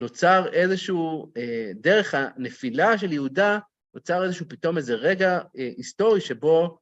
נוצר איזשהו, דרך הנפילה של יהודה, נוצר איזשהו, פתאום איזה רגע היסטורי שבו...